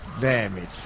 damage